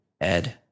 Ed